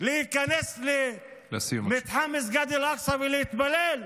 להיכנס למתחם מסגד אל-אקצא ולהתפלל?